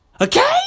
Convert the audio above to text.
Okay